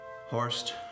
Horst